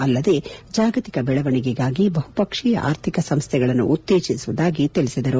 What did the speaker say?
ಅಲ್ಲದೆ ಜಾಗತಿಕ ಬೆಳವಣಿಗೆಗಾಗಿ ಬಹಪಕ್ಷೀಯ ಆರ್ಥಿಕ ಸಂಸ್ಥೆಗಳನ್ನು ಉತ್ತೇಜಿಸುವುದಾಗಿ ಅವರು ತಿಳಿಸಿದ್ದಾರೆ